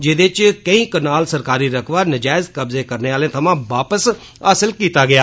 जेह्दे च केई कनाल सरकारी रकबा नजैज कब्जा करने आले थमां वापस हासल कीता गेआ